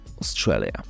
Australia